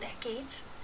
decades